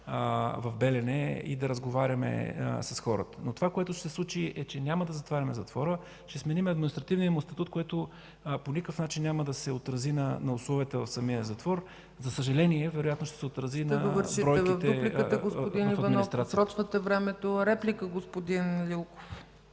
в Белене и да разговаряме с хората. Но това, което се случи, е че няма да затваряме затвора, ще сменим административния му статут, което по никакъв начин няма да се отрази на условията в самия затвор. За съжаление, вероятно ще се отрази на бройките в администрацията. ПРЕДСЕДАТЕЛ ЦЕЦКА ЦАЧЕВА: Реплика – господин Лилков.